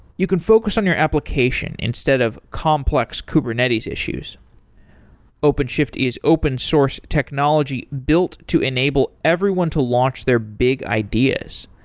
you can focus on your application instead of complex kubernetes issues openshift is open source technology built to enable everyone to launch their big ideas.